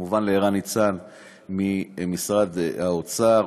כמובן לערן ניצן ממשרד האוצר,